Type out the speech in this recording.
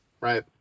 right